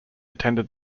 attended